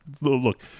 look –